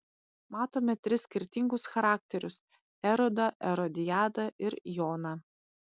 matome tris skirtingus charakterius erodą erodiadą ir joną